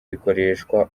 rikoreshwa